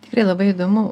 tikrai labai įdomu